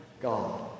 God